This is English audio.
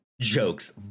jokes